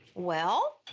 well,